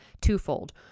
twofold